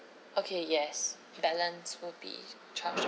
okay yes balance will be charged